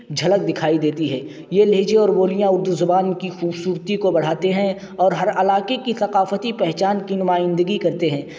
جھلک دکھائی دیتی ہے یہ لہجے اور بولیاں اردو زبان کی خوبصورتی کو بڑھاتے ہیں اور ہر علاقے کی ثقافتی پہچان کی نمائندگی کرتے ہیں